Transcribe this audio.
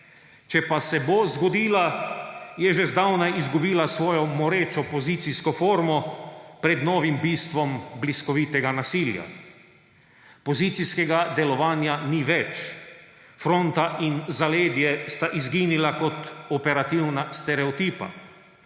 Če pa se bo zgodila, je že zdavnaj izgubila svojo morečo pozicijsko formo pred novim bistvom bliskovitega nasilja. Pozicijskega delovanja ni več. Fronta in zaledje sta izginila kot operativna sterotipa,